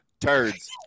turds